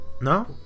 No